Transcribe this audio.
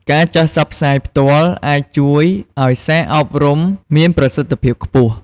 ការចុះផ្សព្វផ្សាយផ្ទាល់អាចជួយឱ្យសារអប់រំមានប្រសិទ្ធភាពខ្ពស់។